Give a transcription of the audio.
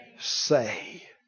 say